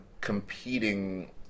competing